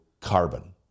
carbon